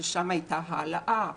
ששם הייתה העלאה,